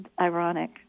ironic